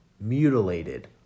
mutilated